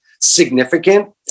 significant